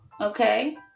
okay